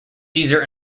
caesar